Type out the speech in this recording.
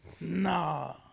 Nah